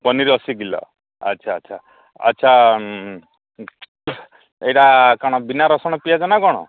ପନିର ଅଶୀ କିଲୋ ଆଚ୍ଛା ଆଚ୍ଛା ଆଚ୍ଛା ଏଇଟା କ'ଣ ବିନା ରସୁଣ ପିଆଜ ନା କ'ଣ